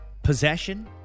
possession